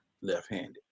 left-handed